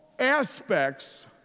aspects